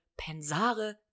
pensare